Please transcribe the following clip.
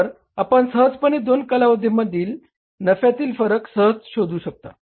तर आपण सहजपणे दोन कालावधीमधील नफ्यातील फरक शोधू शकता